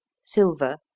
silver